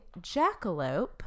jackalope